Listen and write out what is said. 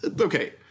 okay